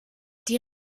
die